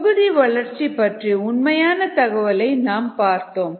தொகுதி வளர்ச்சி பற்றிய உண்மையான தகவலை நாம் பார்த்தோம்